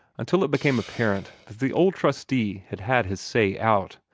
until it became apparent that the old trustee had had his say out.